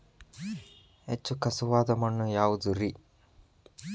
ಹೆಚ್ಚು ಖಸುವಾದ ಮಣ್ಣು ಯಾವುದು ರಿ?